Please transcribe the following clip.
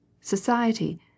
society